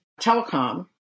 telecom